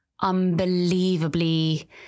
unbelievably